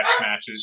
matches